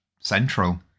Central